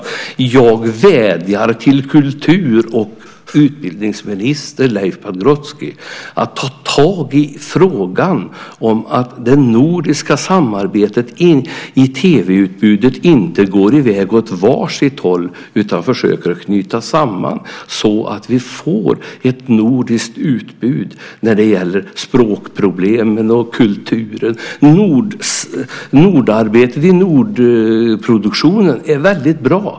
Jag vädjar till kultur och utbildningsminister Leif Pagrotsky att ta tag i frågan om att de nordiska länderna i frågan om tv-utbudet inte går iväg åt var sitt håll utan försöker knyta samman det så att vi får ett nordiskt utbud när det gäller språk och kultur. Det nordiska samarbetet inom produktionen är väldigt bra.